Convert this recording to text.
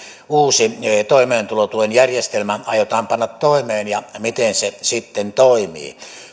uusi toimeentulotuen järjestelmä aiotaan panna toimeen ja miten se sitten toimii